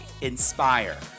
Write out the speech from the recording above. inspire